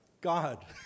God